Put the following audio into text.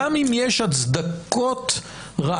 גם אם יש הצדקות רעיוניות,